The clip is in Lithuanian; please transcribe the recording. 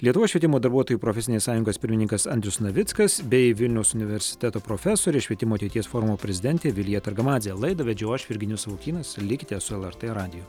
lietuvos švietimo darbuotojų profesinės sąjungos pirmininkas andrius navickas bei vilniaus universiteto profesorė švietimo ateities forumo prezidentė vilija targamadzė laidą vedžiau aš virginijus savukynas likite su lrt radiju